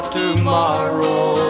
tomorrow